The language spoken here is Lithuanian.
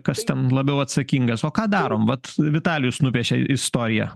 kas ten labiau atsakingas o ką darom vat vitalijus nupiešė istoriją